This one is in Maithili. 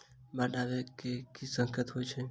बाढ़ आबै केँ की संकेत होइ छै?